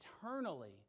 eternally